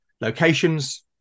locations